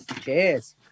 Cheers